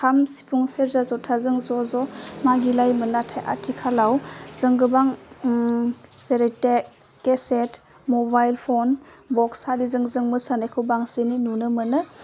खाम सिफुं सेरजा जथाजों ज' ज' मागिलायोमोन नाथाय आथिखालाव जों गोबां उमह जेरै केसेट मबाइल फन भक्सारजों जों मोसानायखौ बांसिनै नुनो मोनो